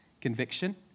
conviction